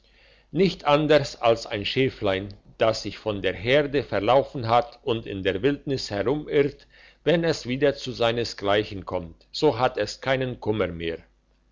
nicht anders als ein schäflein das sich vor der herde verlaufen hat und in der wildnis herumirrt wenn es wieder zu seinesgleichen kommt so hat es keinen kummer mehr